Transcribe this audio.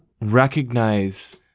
recognize